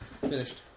Finished